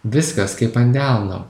viskas kaip ant delno